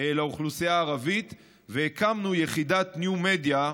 לאוכלוסייה הערבית והקמנו יחידת ניו-מדיה,